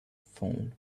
phone